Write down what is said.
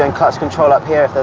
and clutch control up here, if ah